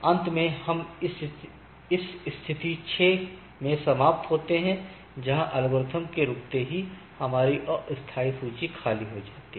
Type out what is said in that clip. अंत में हम स्थिति 6 में समाप्त होते हैं जहां एल्गोरिथ्म के रुकते ही हमारी अस्थायी सूची खाली हो जाती है